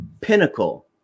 pinnacle